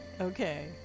okay